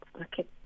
Okay